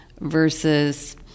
Versus